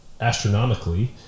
astronomically